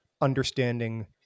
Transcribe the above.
understanding